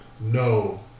no